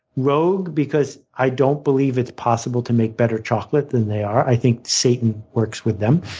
rogue because i don't believe it's possible to make better chocolate than they are i think satan works with them.